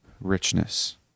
richness